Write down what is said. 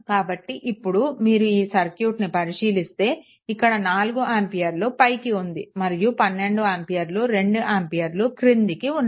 కాబట్టి ఇప్పుడు మీరు ఈ సర్క్యూట్ని పరిశీలిస్తే ఇక్కడ 4 ఆంపియర్లు పైకి ఉంది మరియు 12 ఆంపియర్లు 2 ఆంపియర్లు క్రిందికి ఉన్నాయి